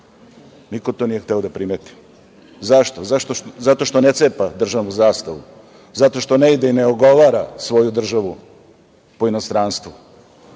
Niko to nije hteo da primeti. Zašto? Zato što ne cepa državnu zastavu, zato što ne ide i ne ogovara svoju državu po inostranstvu,